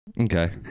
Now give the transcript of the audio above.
Okay